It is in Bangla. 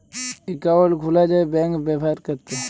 একাউল্ট খুলা যায় ব্যাংক ব্যাভার ক্যরতে